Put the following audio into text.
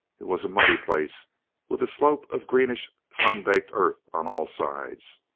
it was a muddy place with a slope of greenish sun-baked earth on all sides.